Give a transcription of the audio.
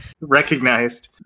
recognized